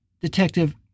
Detective